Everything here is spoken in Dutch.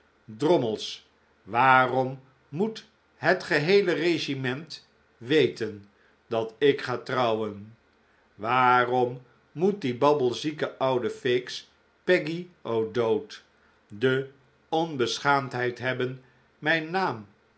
drommels waarom moet het geheele regiment weten dat ik ga trouwen waarom moet die babbelzieke oude feeks peggy o'dowd de onbeschaamdheid hebben mijn naam